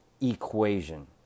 Equation